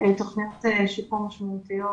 יש תוכניות שיקום משמעותיות,